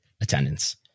attendance